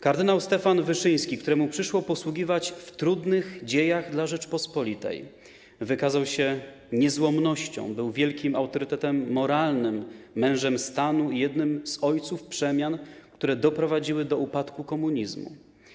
Kard. Stefan Wyszyński, któremu przyszło posługiwać w trudnych dziejach dla Rzeczypospolitej, wykazał się niezłomnością, był wielkim autorytetem moralnym, mężem stanu i jednym z ojców przemian, które doprowadziły do upadku komunizmu.